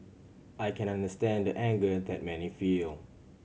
I can understand the anger that many feel